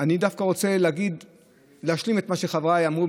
אני דווקא רוצה להשלים את מה שאמרו